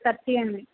thirty అండి